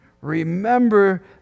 Remember